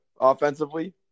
Offensively